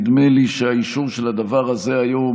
נדמה לי שהאישור של הדבר הזה היום